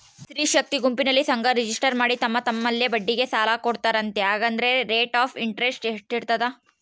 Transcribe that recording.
ಸ್ತ್ರೇ ಶಕ್ತಿ ಗುಂಪಿನಲ್ಲಿ ಸಂಘ ರಿಜಿಸ್ಟರ್ ಮಾಡಿ ತಮ್ಮ ತಮ್ಮಲ್ಲೇ ಬಡ್ಡಿಗೆ ಸಾಲ ಕೊಡ್ತಾರಂತೆ, ಹಂಗಾದರೆ ರೇಟ್ ಆಫ್ ಇಂಟರೆಸ್ಟ್ ಎಷ್ಟಿರ್ತದ?